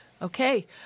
Okay